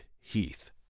heath